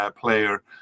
player